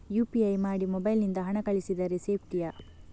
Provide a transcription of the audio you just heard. UPI ಮಾಡಿ mobile ನಿಂದ ಹಣ ಕಳಿಸಿದರೆ ಸೇಪ್ಟಿಯಾ?